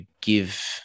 give